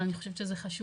אבל אני חושבת שזה חשוב,